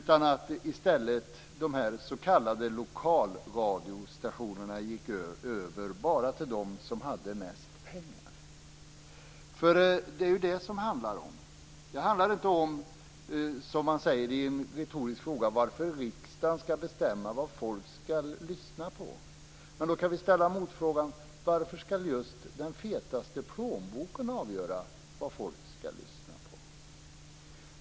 I stället gick de här s.k. lokalradiostationerna över enbart till dem som hade mest pengar. Det är detta det handlar om. Det handlar inte, som man säger i en retorisk fråga, om varför riksdagen skall bestämma vad folk skall lyssna på. Vi kan ställa motfrågan: Varför skall just den fetaste plånboken avgöra vad folk skall lyssna på?